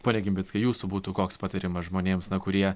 pone gimbickai jūsų būtų koks patarimas žmonėms na kurie